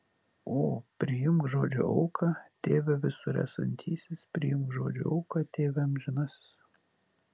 o priimk žodžio auką tėve visur esantysis priimk žodžio auką tėve amžinasis